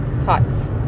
Tots